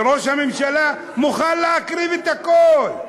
וראש הממשלה מוכן להקריב את הכול.